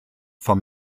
vom